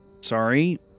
Sorry